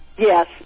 Yes